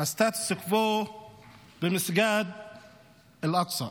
הסטטוס קוו במסגד אל-אקצא.